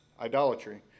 idolatry